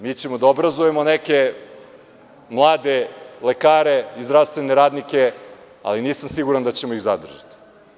Mi ćemo da obrazujemo neke mlade lekare i zdravstvene radnike, ali nisam siguran da ćemo ih zadržati.